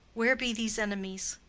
where be these enemies?